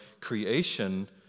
creation